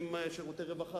שירותי רווחה